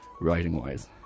writing-wise